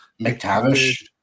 McTavish